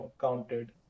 counted